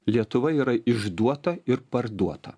lietuva yra išduota ir parduota